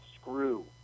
screw